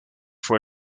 fue